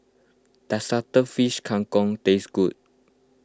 does Cuttlefish Kang Kong taste good